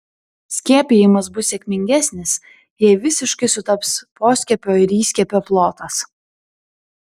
skiepijimas bus sėkmingesnis jei visiškai sutaps poskiepio ir įskiepio plotas